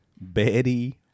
Betty